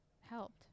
helped